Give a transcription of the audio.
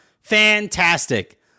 fantastic